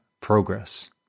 progress